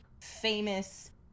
famous